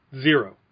Zero